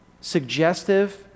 suggestive